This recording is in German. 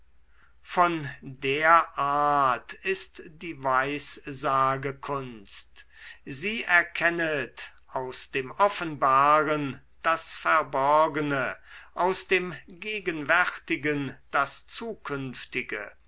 von der art ist die weissagekunst sie erkennet aus dem offenbaren das verborgene aus dem gegenwärtigen das zukünftige